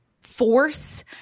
force